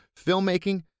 filmmaking